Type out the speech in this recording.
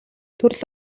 төрөлх